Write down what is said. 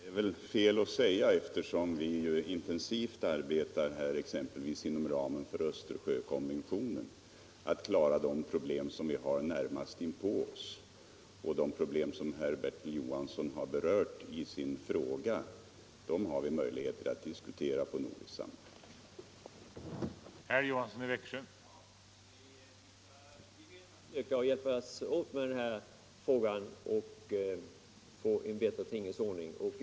Herr talman! Det är väl fel att säga. Vi arbetar intensivt, exempelvis inom ramen för Östersjökonventionen, på att lösa de problem beträffande sälarna vi har närmast inpå oss. Det problem som herr Bertil Johansson berört i sin fråga har vi möjligheter att diskutera i nordiska sammanhang.